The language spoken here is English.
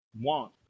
want